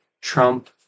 Trump